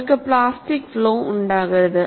നിങ്ങൾക്ക് plastic flow ഉണ്ടാകരുത്